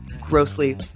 grossly